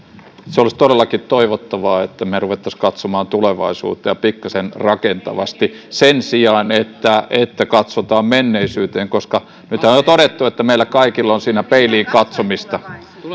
olisi todellakin toivottavaa että me rupeaisimme katsomaan tulevaisuuteen ja pikkasen rakentavasti sen sijaan että että katsotaan menneisyyteen koska nythän on jo todettu että meillä kaikilla on siinä peiliin katsomista